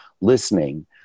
listening